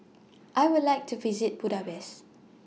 I Would like to visit Budapest